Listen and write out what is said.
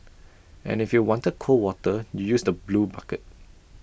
and if you wanted cold water you use the blue bucket